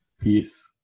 Peace